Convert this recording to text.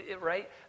Right